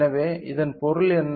எனவே இதன் பொருள் என்ன